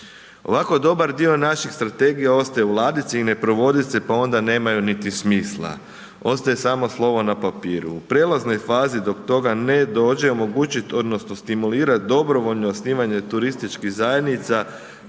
Ovako dobar dio naših strategija ostaje u ladici i ne provode se pa onda nemaju niti smisla, ostaje samo slovo na papiru. U prijelaznoj fazi dok toga ne dođe omogućiti odnosno stimulirati dobrovoljno osnivanje turističkih zajednica